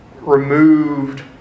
removed